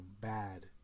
bad